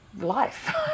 life